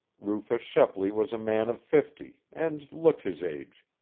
rufus shepley was a man of fifty, and looked his age.